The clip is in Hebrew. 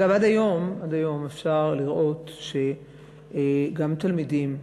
אגב, עד היום אפשר לראות שגם תלמידים,